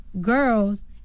girl's